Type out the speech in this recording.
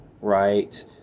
right